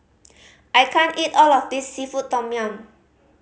I can't eat all of this seafood tom yum